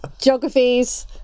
geographies